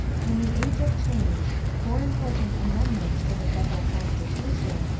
in the age of change, four important amendments to the federal constitution,